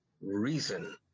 reason